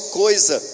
coisa